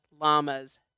Llamas